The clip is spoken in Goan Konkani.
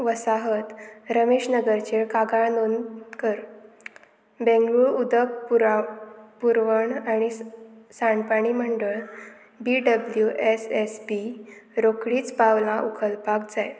वसाहत रमेशनगरचेर कागाळ नोंद कर बेंगलोर उदक पुराव पुरवण आनी साणपाणी मंडळ B W S S P रोखडीच पावलां उखलपाक जाय